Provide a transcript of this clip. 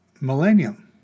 millennium